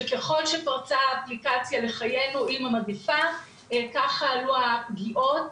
שככל שפרצה האפליקציה לחיינו עם המגיפה כך עלו גם הפגיעות